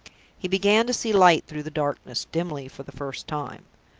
he began to see light through the darkness, dimly, for the first time.